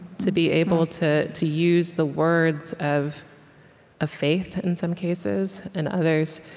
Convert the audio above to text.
to be able to to use the words of a faith, in some cases in others,